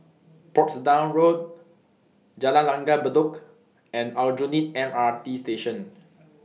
Portsdown Road Jalan Langgar Bedok and Aljunied M R T Station